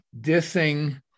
dissing